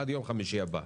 עד יום חמישי הבא,